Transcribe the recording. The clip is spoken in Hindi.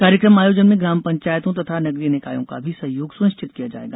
कार्यक्रम आयोजन में ग्राम पंचायतों तथा नगरीय निकायों का भी सहयोग सुनिश्चित किया जाएगा